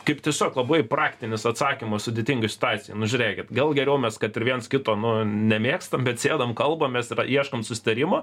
kaip tiesiog labai praktinis atsakymas sudėtingai situacijai nu žiūrėkit gal geriau mes kad ir viens kito nu nemėgstam bet sėdam kalbamės ieškom susitarimo